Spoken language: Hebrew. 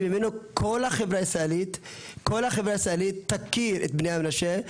שממנו כל החברה הישראלית תכיר את בני המנשה.